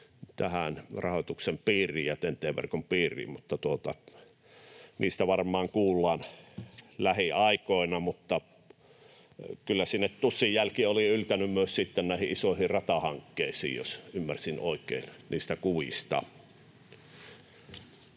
tähän rahoituksen piiriin ja TEN‑T-verkon piiriin. Mutta niistä varmaan kuullaan lähiaikoina. Mutta kyllä sinne tussin jälki oli yltänyt myös sitten näihin isoihin ratahankkeisiin, jos ymmärsin oikein niistä kuvista.